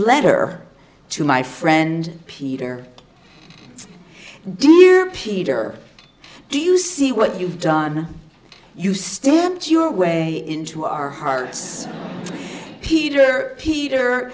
letter to my friend peter do you peter do you see what you've done you stamp your way into our hearts peter peter